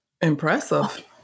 Impressive